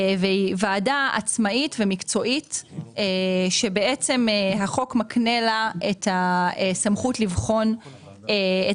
והיא ועדה עצמאית ומקצועית שבעצם החוק מקנה לה את הסמכות לבחון את